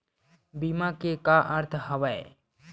बीमा के का अर्थ हवय?